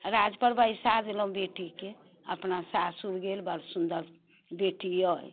राजपर बैसा देलहुँ बेटीके अपना सासुर गेल बड़ सुन्दर बेटी अइ